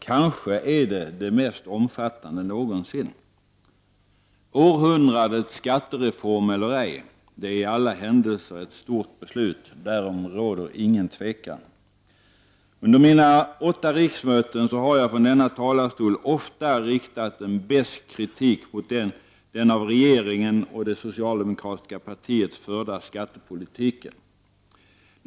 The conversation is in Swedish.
Kanske är det det mest omfattande någonsin. Århundradets skattereform eller ej — det är i alla händelser ett stort beslut. Därom råder inget tvivel. Under mina åtta riksmöten har jag från denna talarstol ofta riktat besk kritik mot den av regeringen och det socialdemokratiska partiet förda skattepolitiken.